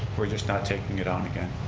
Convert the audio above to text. we're just not taking it on again.